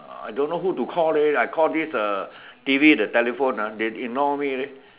uh I don't know who to call leh I call this a T_V the telephone ah they ignore me leh